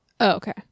okay